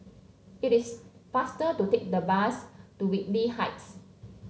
it is faster to take the bus to Whitley Heights